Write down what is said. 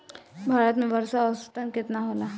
भारत में वर्षा औसतन केतना होला?